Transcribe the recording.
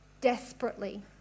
desperately